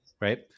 right